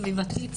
סביבתית,